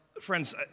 friends